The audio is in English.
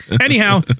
Anyhow